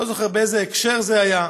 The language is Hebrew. אני לא זוכר באיזה הקשר זה היה.